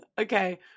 Okay